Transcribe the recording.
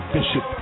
Bishop